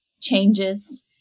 changes